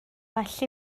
well